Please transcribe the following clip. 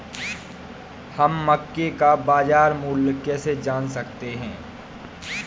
हम मक्के का बाजार मूल्य कैसे जान सकते हैं?